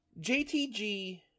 JTG